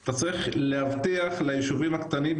אתה צריך להבטיח ליישובים הקטנים,